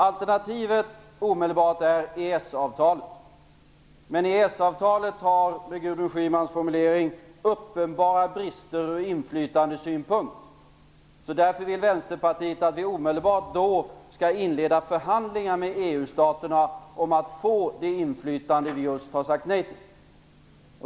Det omedelbara alternativet är EES avtalet. Men med Gudrun Schymans formulering har EES-avtalet uppenbara brister från inflytandesynpunkt. Därför vill Vänsterpartiet att vi omedelbart skall inleda förhandlingar med EU staterna om att vi skall få det inflytande som vi just har sagt nej till.